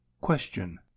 Question